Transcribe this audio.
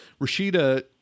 rashida